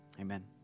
amen